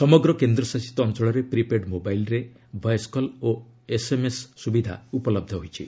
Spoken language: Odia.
ସମଗ୍ର କେନ୍ଦ୍ରଶାସିତ ଅଞ୍ଚଳରେ ପ୍ରି ପେଡ୍ ମୋବାଇଲ୍ରେ ଭଏସ୍ କଲ୍ ଓ ଏସ୍ଏମ୍ଏସ୍ ସୁବିଧା ଉପଲହ୍ଧ ହୋଇଛି